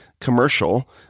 commercial